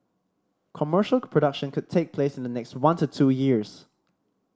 commercial production could take place in the next one to two years